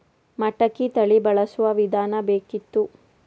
ಮಟಕಿ ತಳಿ ಬಳಸುವ ವಿಧಾನ ಬೇಕಿತ್ತು?